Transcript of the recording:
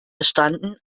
verstanden